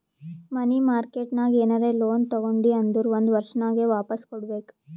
ಮನಿ market ನಾಗ್ ಏನರೆ loan ತಗೊಂಡಿ ಅಂದುರ್ ಒಂದ್ ವರ್ಷನಾಗೆ ವಾಪಾಸ್ ಕೊಡ್ಬೇಕ್